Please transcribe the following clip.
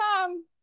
come